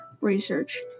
research